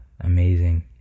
amazing